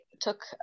took